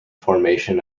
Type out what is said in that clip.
formation